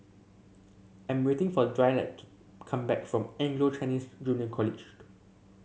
I'm waiting for Dwight to come back from Anglo Chinese Junior College